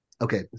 Okay